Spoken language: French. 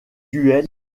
duel